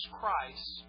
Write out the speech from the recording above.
Christ